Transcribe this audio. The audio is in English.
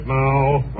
now